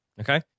Okay